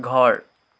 ঘৰ